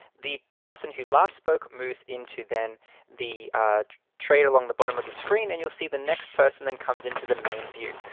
the person who last spoke moves into then the trade along the bottom of the screen and you'll see the next person then comes into the main view.